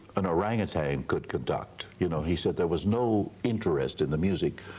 an orangutan could conduct. you know he said there was no interest in the music.